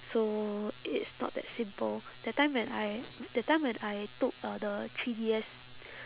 so it is not that simple that time when I that time when I took uh the three D S